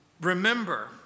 Remember